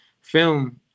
film